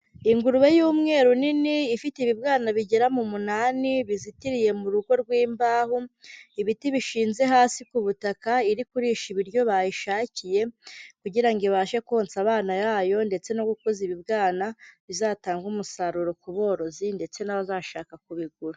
Ungurube y'umweru nini ifite ibibwana bigera mu munani bizitiriye mu rugo rw'imbaho, ibiti bishinze hasi ku butaka, iri kurisha ibiryo bayishakiye kugira ngo ibashe konsa abana yayo ndetse no gukuza ibibwana, bizatangage umusaruro ku borozi ndetse n'abazashaka kubigura.